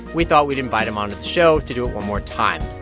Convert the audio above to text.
we thought we'd invite him onto the show to do it one more time.